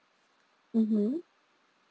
mmhmm